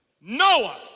Noah